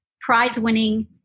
prize-winning